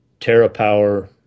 TerraPower